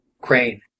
Crane